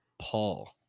Paul